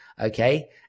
okay